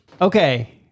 Okay